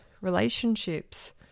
relationships